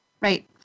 right